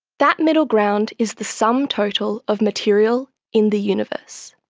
that middle ground is the sum total of material in the universe.